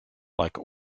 like